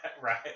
right